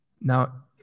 Now